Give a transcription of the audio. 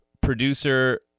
producer